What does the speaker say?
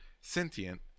Sentient